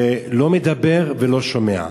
זה לא מדבר ולא שומע,